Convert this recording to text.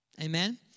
Amen